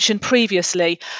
previously